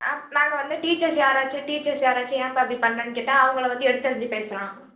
ஆ நாங்கள் வந்து டீச்சர்ஸ் யாராச்சும் டீச்சர்ஸ் யாராச்சும் ஏன்ப்பா இப்படி பண்ணுறேன்னு கேட்டால் அவங்கள எடுத்தெறிஞ்சு பேசுகிறான்